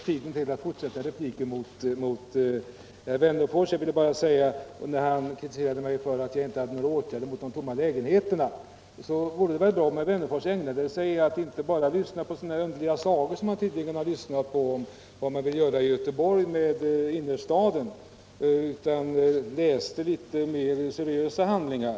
Herr talman! Jag tänker använda tiden till att fortsätta min replik till herr Wennerfors. Han kritiserar mig för att jag inte hade några förslag till åtgärder mot de tomma lägenheterna. Men hur vore det om herr Wennerfors ägnade sig åt något annat än att lyssna på underliga sagor om hur man tänker göra i Göteborgs innerstad och i stället läste litet mer seriösa handlingar?